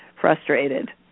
frustrated